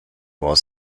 was